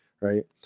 right